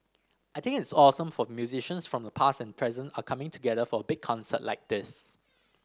I think it's awesome for the musicians from the past and present are coming together for a big concert like this